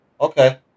okay